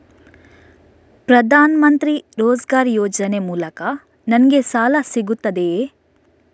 ಪ್ರದಾನ್ ಮಂತ್ರಿ ರೋಜ್ಗರ್ ಯೋಜನೆ ಮೂಲಕ ನನ್ಗೆ ಸಾಲ ಸಿಗುತ್ತದೆಯೇ?